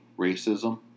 racism